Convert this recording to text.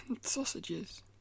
Sausages